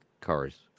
cars